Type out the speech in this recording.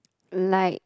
like